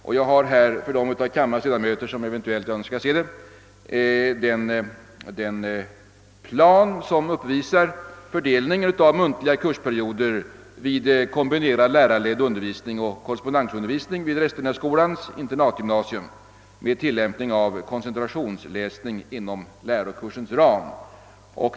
Jag har i min hand för de av kammarens ledamöter, som eventuellt är intresserade härav, den plan som uppvisar fördelningen av muntliga kursperioder vid kombinerad lärarledd undervisning och korrespondensundervisning vid Restenässkolans internatgymnasium med tillämpning av koncentrationsläsning inom lärokursens ram.